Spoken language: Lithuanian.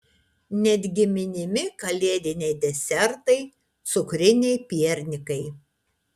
netgi minimi kalėdiniai desertai cukriniai piernikai